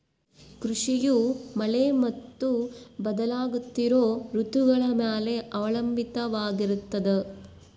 ಕೃಷಿಯು ಮಳೆ ಮತ್ತು ಬದಲಾಗುತ್ತಿರೋ ಋತುಗಳ ಮ್ಯಾಲೆ ಅವಲಂಬಿತವಾಗಿರ್ತದ